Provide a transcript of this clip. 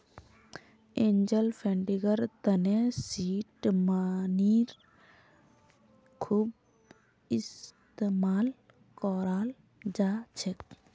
angel फंडिंगर तने seed मनीर खूब इस्तमाल कराल जा छेक